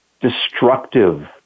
destructive